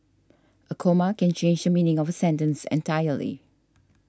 a comma can change the meaning of a sentence entirely